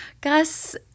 Gus